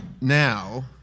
now